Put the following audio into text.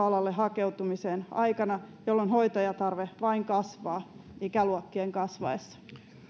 alalle hakeutumiseen aikana jolloin hoitajatarve vain kasvaa ikäluokkien kasvaessa